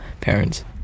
parents